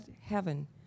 heaven